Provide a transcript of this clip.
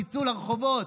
תצאו לרחובות.